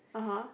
(uh huh)